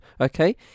Okay